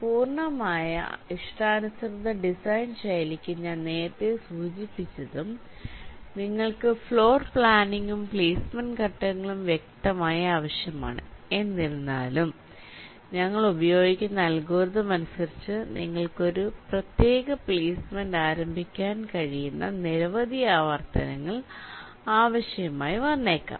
പൂർണ്ണമായ ഇഷ്ടാനുസൃത ഡിസൈൻ ശൈലിക്ക് ഞാൻ നേരത്തെ സൂചിപ്പിച്ചതും നിങ്ങൾക്ക് ഫ്ലോർ പ്ലാനിംഗും പ്ലേസ്മെന്റ് ഘട്ടങ്ങളും വ്യക്തമായി ആവശ്യമാണ് എന്നിരുന്നാലും ഞങ്ങൾ ഉപയോഗിക്കുന്ന അൽഗോരിതം അനുസരിച്ച് നിങ്ങൾക്ക് ഒരു പ്രത്യേക പ്ലെയ്സ്മെന്റ് ആരംഭിക്കാൻ കഴിയുന്ന നിരവധി ആവർത്തനങ്ങൾ ആവശ്യമായി വന്നേക്കാം